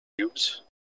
cubes